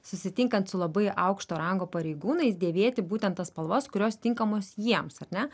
susitinkant su labai aukšto rango pareigūnais dėvėti būtent tas spalvas kurios tinkamos jiems ar ne